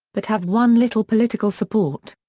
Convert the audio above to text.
but have won little political support.